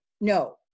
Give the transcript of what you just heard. No